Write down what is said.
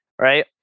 right